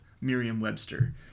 Merriam-Webster